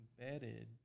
embedded